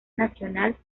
nacional